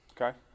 Okay